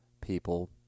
people